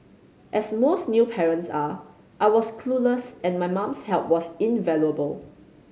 as most new parents are I was clueless and my mum's help was invaluable